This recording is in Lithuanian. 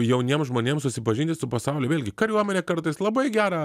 jauniem žmonėm susipažinti su pasauliu vėlgi kariuomenė kartais labai gerą